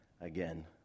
again